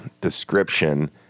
description